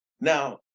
now